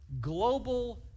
global